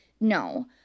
No